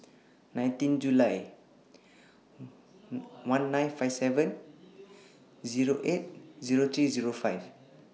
nineteen July one nine five seven Zero eight Zero three Zero five